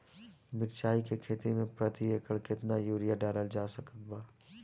मिरचाई के खेती मे प्रति एकड़ केतना यूरिया डालल जा सकत बा?